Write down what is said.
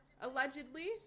Allegedly